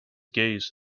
gaze